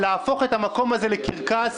לקרקס.